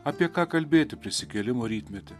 apie ką kalbėti prisikėlimo rytmetį